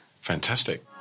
Fantastic